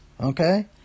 Okay